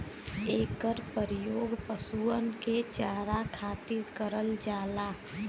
एकर परियोग पशुअन के चारा खातिर करल जाला